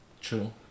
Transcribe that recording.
true